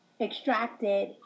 extracted